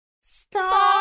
star